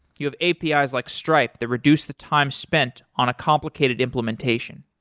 you have apis like stripe that reduce the time spent on a complicated implementation.